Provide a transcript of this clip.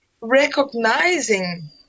recognizing